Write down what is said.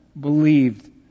believed